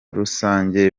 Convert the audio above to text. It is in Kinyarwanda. rusange